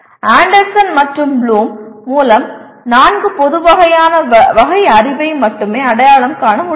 Anderson மற்றும் Bloom மூலம் நான்கு பொதுவான வகை அறிவை மட்டுமே அடையாளம் காண முடியும்